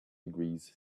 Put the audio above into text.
degrees